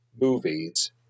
movies